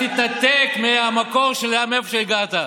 תתנתק מהמקור מאיפה שהגעת.